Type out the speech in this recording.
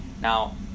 Now